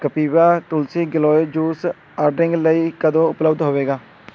Kapiva Tulsi Giloy juice ordering ਲਈ ਕਦੋਂ ਉਪਲੱਬਧ ਹੋਵੇਗਾ